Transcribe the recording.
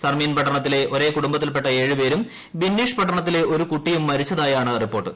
Sarmin പട്ടണത്തിലെ ഒരേ കുടുംബത്തിൽപ്പെട്ട ഏഴുപേരും ബിന്നീഷ് പട്ടണത്തിലെ ഒരു കുട്ടിയും മരിച്ചതായാണ് റിപ്പോർട്ട്